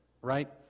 right